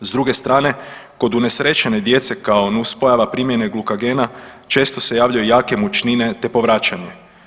S druge strane kod unesrećene djece kao nuspojava primjene glukagena često se javljaju jake mučnine te povraćanje.